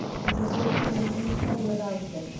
i do not wish to make any trouble about it.